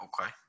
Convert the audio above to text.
Okay